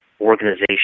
organization